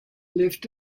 left